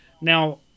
Now